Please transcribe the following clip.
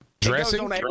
dressing